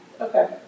Okay